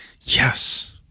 Yes